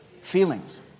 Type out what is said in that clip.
Feelings